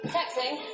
Texting